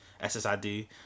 Ssid